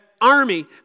army